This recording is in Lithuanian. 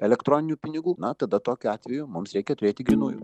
elektroninių pinigų na tada tokiu atveju mums reikia turėti grynųjų